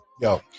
yo